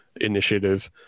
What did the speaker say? initiative